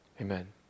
Amen